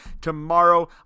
tomorrow